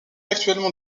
actuellement